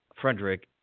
Frederick